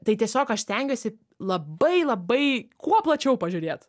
tai tiesiog aš stengiuosi labai labai kuo plačiau pažiūrėt